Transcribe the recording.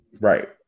right